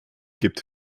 gibt